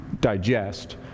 digest